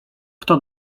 kto